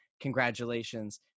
Congratulations